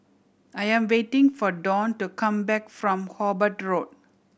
I am waiting for Dawn to come back from Hobart Road